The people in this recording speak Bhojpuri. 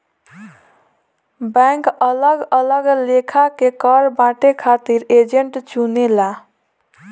बैंक अलग अलग लेखा के कर बांटे खातिर एजेंट चुनेला